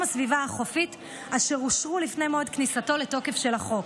הסביבה החופית אשר אושרו לפני מועד כניסתו לתוקף של החוק.